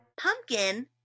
Pumpkin